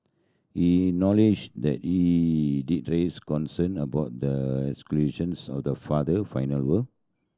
he knowledge that he did raise concern about the of the father final